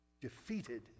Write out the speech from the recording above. defeated